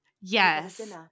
yes